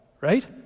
right